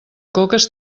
coques